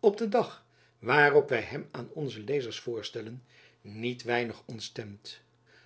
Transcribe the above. op den dag waarop wy hem aan onze lezers voorstellen niet weinig ontstemd